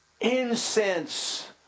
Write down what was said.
Incense